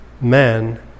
man